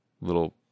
little